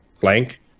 blank